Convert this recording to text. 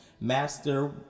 master